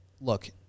look